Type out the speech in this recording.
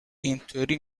اینطوری